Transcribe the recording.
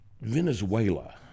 venezuela